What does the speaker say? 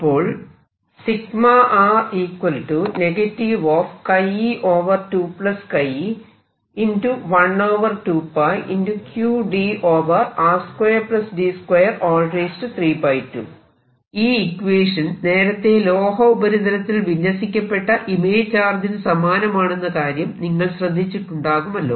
അപ്പോൾ ഈ ഇക്വേഷൻ നേരത്തെ ലോഹ ഉപരിതലത്തിൽ വിന്യസിക്കപ്പെട്ട ഇമേജ് ചാർജിനു സമാനമാണെന്ന കാര്യം നിങ്ങൾ ശ്രദ്ധിച്ചിട്ടുണ്ടാകുമല്ലോ